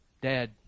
Dad